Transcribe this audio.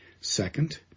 Second